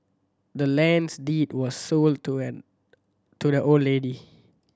the land's deed was sold to an to the old lady